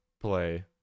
play